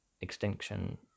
extinction